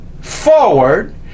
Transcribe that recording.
forward